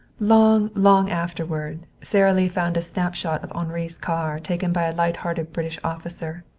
long, long afterward, sara lee found a snapshot of henri's car, taken by a light-hearted british officer.